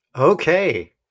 Okay